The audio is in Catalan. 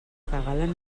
regalen